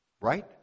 Right